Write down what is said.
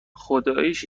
خداییش